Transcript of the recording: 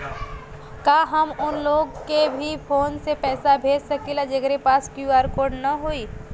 का हम ऊ लोग के भी फोन से पैसा भेज सकीला जेकरे पास क्यू.आर कोड न होई?